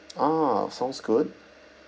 ah sounds good